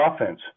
offense